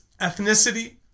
ethnicity